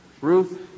Ruth